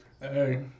Hey